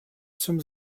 zum